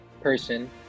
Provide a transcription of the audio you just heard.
person